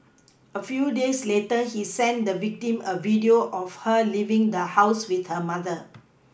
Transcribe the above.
a few days later he sent the victim a video of her leaving the house with her mother